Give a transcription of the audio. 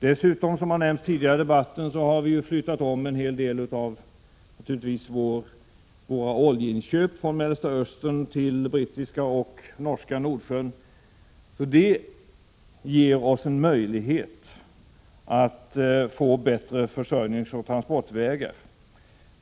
Dessutom har vi, vilket nämnts tidigare i debatten, flyttat om en hel del av våra oljeinköp från Mellersta Östern till brittiska och norska Nordsjön. Det ger oss en möjlighet att få bättre försörjningsoch transportvägar.